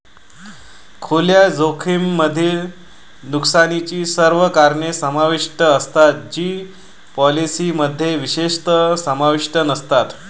खुल्या जोखमीमध्ये नुकसानाची सर्व कारणे समाविष्ट असतात जी पॉलिसीमध्ये विशेषतः समाविष्ट नसतात